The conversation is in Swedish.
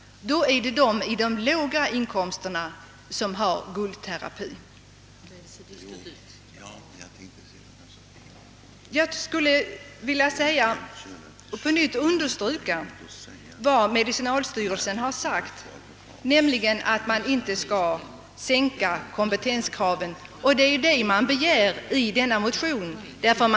Då är det de som har de höga inkomsterna som har guldterapi. Jag skulle på nytt vilja understryka vad medicinalstyrelsen har sagt, nämligen att man inte skall sänka kompetenskraven för dem som skall svara för de tandlösa tandläkarpatienternas vård, vilket man gör i denna motion.